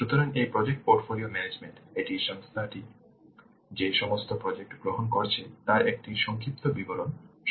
সুতরাং এই project portfolio management এটি সংস্থাটি যে সমস্ত প্রজেক্ট গ্রহণ করছে তার একটি সংক্ষিপ্ত বিবরণ সরবরাহ করবে